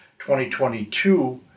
2022